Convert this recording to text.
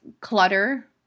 clutter